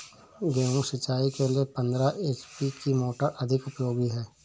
गेहूँ सिंचाई के लिए पंद्रह एच.पी की मोटर अधिक उपयोगी है?